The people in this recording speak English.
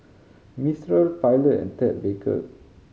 Mistral Pilot and Ted Baker